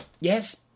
Yes